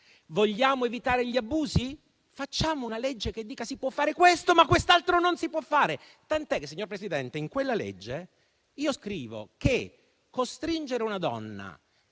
Vogliamo evitare gli abusi? Facciamo una legge che dica che si può fare questo, ma quest'altro non si può fare. Tant'è vero, signor Presidente, che in quella legge io scrivo che costringere una donna